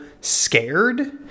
scared